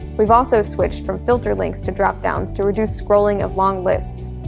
we've also switched from filter links to dropdowns to reduce scrolling of long lists.